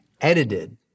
edited